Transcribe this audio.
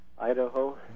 Idaho